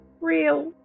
Real